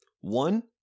one